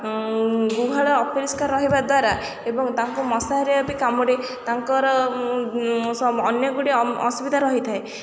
ଗୁହାଳ ଅପରିଷ୍କାର ରହିବା ଦ୍ୱାରା ଏବଂ ତାଙ୍କୁ ମଶା ହେରିକା ବି କାମୁଡ଼େ ତାଙ୍କର ଅନେକ ଗୁଡ଼ିଏ ଅସୁବିଧା ରହିଥାଏ